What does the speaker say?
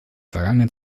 vergangenen